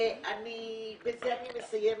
בזה אני מסיימת.